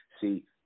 See